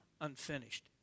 unfinished